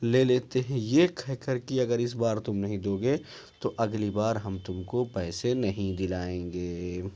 لے لیتے ہیں یہ کہہ کر کہ اگر اس بار تم نہیں دوگے تو اگلی بار ہم تم کو پیسے نہیں دلائیں گے